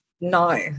No